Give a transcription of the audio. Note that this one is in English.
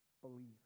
believe